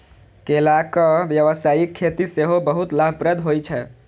केलाक व्यावसायिक खेती सेहो बहुत लाभप्रद होइ छै